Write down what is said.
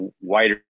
wider